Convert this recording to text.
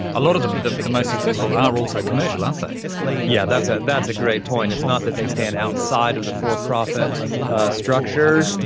ah sort of um the the most successful are also commercial, aren't they? yeah yes, ah that's a great point, it's not that they stand outside of the for-profit structure,